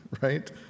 right